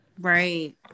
Right